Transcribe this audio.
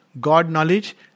God-knowledge